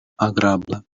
agrabla